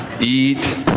Eat